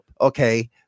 Okay